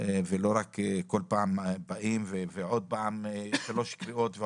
ולא רק כל פעם באים ועוד פעם שלוש קריאות.